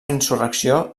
insurrecció